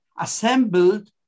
assembled